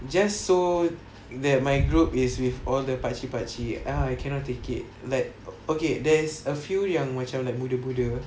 just so that my group is with all the pakcik pakcik ah I cannot take it like okay there's a few yang like macam muda muda